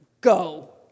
Go